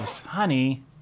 Honey